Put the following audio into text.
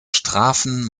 strafen